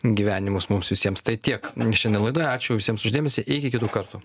gyvenimus mums visiems tai kiek šiandien laidoje ačiū visiems už dėmesį iki kitų kartų